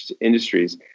industries